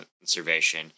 conservation